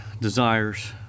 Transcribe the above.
desires